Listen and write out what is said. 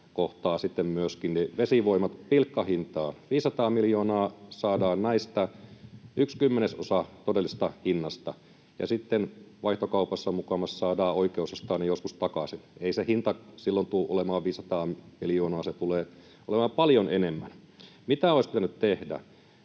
sitten myöskin vesivoimat pilkkahintaan. 500 miljoonaa saadaan näistä, yksi kymmenesosa todellisesta hinnasta, ja sitten vaihtokaupassa mukamas saadaan oikeus ostaa ne joskus takaisin. Ei se hinta silloin tule olemaan 500 miljoonaa, se tulee olemaan paljon enemmän. Mitä olisi pitänyt tehdä?